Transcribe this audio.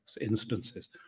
instances